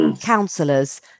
counselors